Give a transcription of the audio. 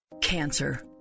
cancer